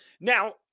Now